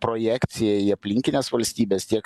projekcija į aplinkines valstybes tiek